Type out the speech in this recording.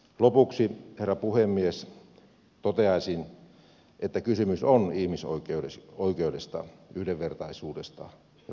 lopuksi herra puhemies toteaisin että kysymys on ihmisoikeudesta yhdenvertaisuudesta ja tasa arvosta